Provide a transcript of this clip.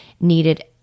needed